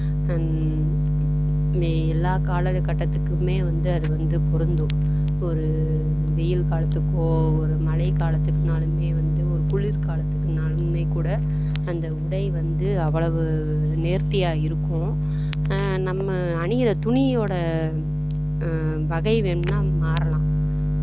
எல்லா கால கட்டத்துக்குமே வந்து அது வந்து பொருந்தும் ஒரு வெயில் காலத்துக்கோ ஒரு மழை காலத்துக்குனாலுமே வந்து ஒரு குளிர் காலத்துக்குனாலுமே கூட அந்த உடை வந்து அவ்வளவு நேர்த்தியாக இருக்கும் நம்ம அணிகிற துணியோடய வகை வேணும்ன்னா மாறலாம்